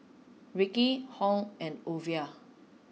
Rickie Hung and Ova